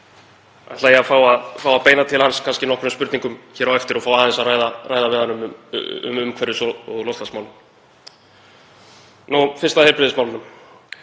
ætla ég að fá að beina til hans nokkrum spurningum hér á eftir og fá aðeins að ræða við hann um umhverfis- og loftslagsmálin. Fyrst að heilbrigðismálunum.